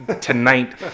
tonight